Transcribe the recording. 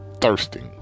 thirsting